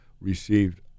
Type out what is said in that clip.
received